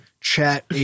chat